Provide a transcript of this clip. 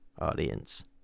audience